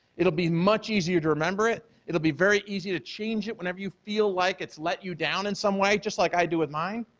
it'll be much easier to remember it, it'll be very easy to change it whenever you feel like it's let you down in some way, just like i do with mine.